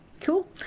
cool